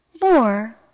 more